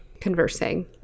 conversing